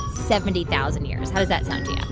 seventy thousand years, how does that sound to yeah